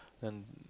then